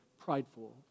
prideful